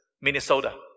Minnesota